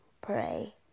Pray